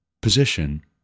position